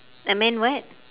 a man what